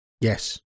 yes